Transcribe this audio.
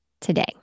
today